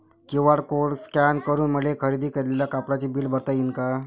QR code scan करून मले खरेदी केलेल्या कापडाचे बिल भरता यीन का?